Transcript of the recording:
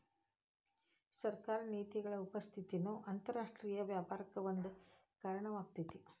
ಸರ್ಕಾರಿ ನೇತಿಗಳ ಉಪಸ್ಥಿತಿನೂ ಅಂತರರಾಷ್ಟ್ರೇಯ ವ್ಯಾಪಾರಕ್ಕ ಒಂದ ಕಾರಣವಾಗೇತಿ